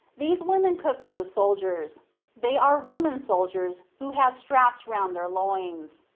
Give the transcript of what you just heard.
these women cook for the soldiers they are roman soldiers, who had straps round their loins.